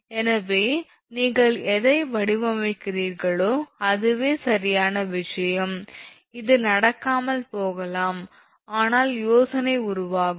எனவே நீங்கள் எதை வடிவமைக்கிறீர்களோ அதுவே சரியான விஷயம் இது நடக்காமல் போகலாம் ஆனால் யோசனை உருவாகும்